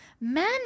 Men